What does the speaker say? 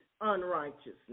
unrighteousness